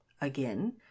Again